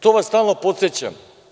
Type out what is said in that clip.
To vas stalno podsećam.